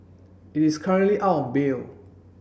he is currently out on bail